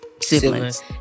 Siblings